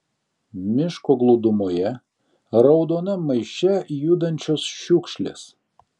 miško glūdumoje raudonam maiše judančios šiukšlės